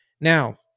Now